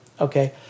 okay